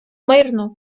мирно